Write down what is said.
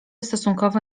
stosunkowo